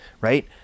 right